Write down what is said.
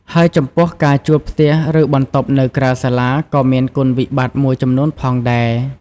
ហើយចំពោះ ការជួលផ្ទះ ឬបន្ទប់នៅក្រៅសាលាក៏មានគុណវិបត្តិមួយចំនួនផងដែរ។